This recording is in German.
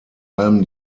allem